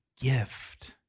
gift